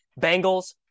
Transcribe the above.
Bengals